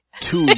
two